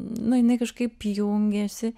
nu jinai kažkaip jungiasi